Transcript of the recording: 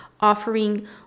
offering